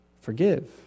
forgive